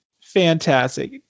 Fantastic